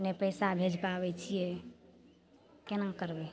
नहि पइसा भेज पाबै छिए कोना करबै